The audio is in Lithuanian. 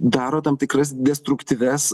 daro tam tikras destruktyvias